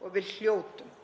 og við hljótum